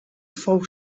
fou